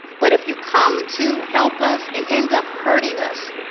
but if you come to help us and end up hurting us,